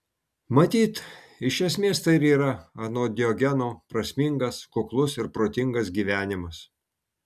matyt iš esmės tai ir yra anot diogeno prasmingas kuklus ir protingas gyvenimas